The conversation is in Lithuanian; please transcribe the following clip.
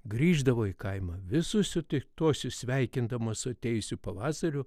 grįždavo į kaimą visus sutiktuosius sveikindamos su atėjusiu pavasariu